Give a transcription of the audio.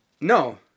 No